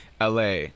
LA